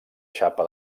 xapa